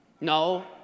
No